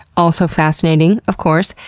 also fascinating, of course,